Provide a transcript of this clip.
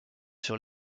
sur